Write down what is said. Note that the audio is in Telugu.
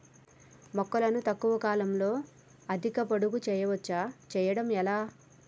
మొక్కను తక్కువ కాలంలో అధిక పొడుగు పెంచవచ్చా పెంచడం ఎలా?